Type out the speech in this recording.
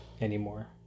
anymore